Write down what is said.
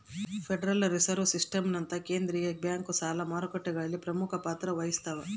federal reserve ಸಿಸ್ಟಮ್ನಂತಹ ಕೇಂದ್ರೀಯ bank ಸಾಲ ಮಾರುಕಟ್ಟೆಗಳಲ್ಲಿ ಪ್ರಮುಖ ಪಾತ್ರ ವಹಿಸ್ತವ